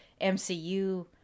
mcu